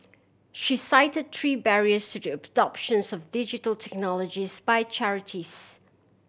she cite three barriers to the adoption so Digital Technologies by charities